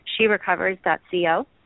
sherecovers.co